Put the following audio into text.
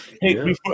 hey